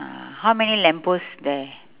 uh how many lamppost there